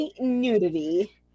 nudity